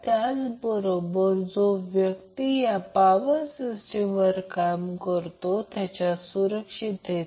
तर हे येथे आहे म्हणूनच येथे आपण ते कमी केले आहे येथे आपण ते Van V nb केले आहे